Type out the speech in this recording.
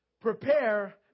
prepare